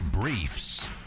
Briefs